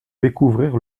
découvrir